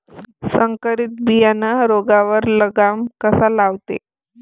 संकरीत बियानं रोगावर लगाम कसा लावते?